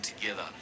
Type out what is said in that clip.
together